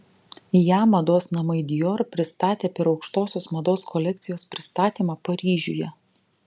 ją mados namai dior pristatė per aukštosios mados kolekcijos pristatymą paryžiuje